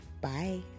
Bye